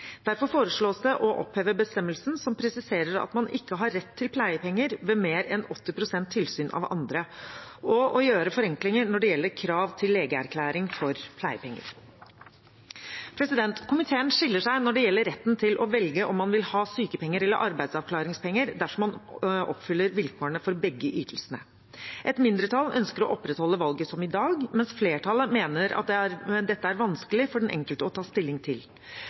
Derfor foreslås det å oppheve bestemmelsen som presiserer at man ikke har rett til pleiepenger ved mer enn 80 pst. tilsyn av andre, og å gjøre forenklinger når det gjelder krav til legeerklæring for pleiepenger. Komiteen deler seg når det gjelder retten til å velge om man vil ha sykepenger eller arbeidsavklaringspenger dersom man oppfyller vilkårene for begge ytelsene. Et mindretall ønsker å opprettholde valget som i dag, mens flertallet mener dette er vanskelig for den enkelte å ta stilling til.